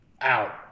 out